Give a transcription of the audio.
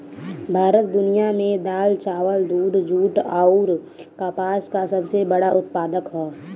भारत दुनिया में दाल चावल दूध जूट आउर कपास का सबसे बड़ा उत्पादक ह